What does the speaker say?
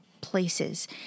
places